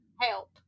help